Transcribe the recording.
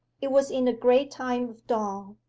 it was in the grey time of dawn.